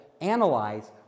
analyze